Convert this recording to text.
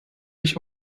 dich